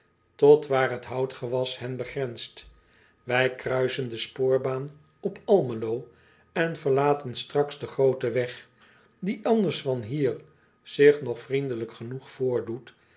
tot waar het houtgewas hen begrenst ij kruisen de spoorbaan op lmelo en verlaten straks den grooten weg die anders van hier zich nog vriendelijk genoeg voordoet